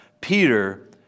Peter